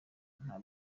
nta